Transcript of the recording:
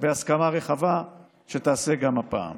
בהסכמה רחבה, היא תעשה כך גם הפעם.